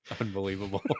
Unbelievable